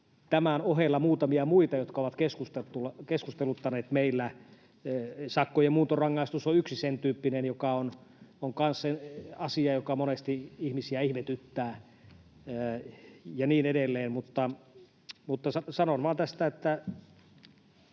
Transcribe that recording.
tämän ohella muutamia muita, jotka ovat keskusteluttaneet meillä. Sakkojen muuntorangaistus on yksi sentyyppinen, joka on kanssa asia, joka monesti ihmisiä ihmetyttää, ja niin edelleen.